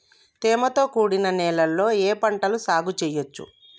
తేమతో కూడిన నేలలో ఏ పంట సాగు చేయచ్చు?